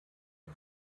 die